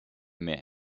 mehr